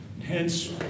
Hence